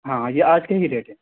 ہاں یہ آج کا ہی ریٹ ہے